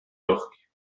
york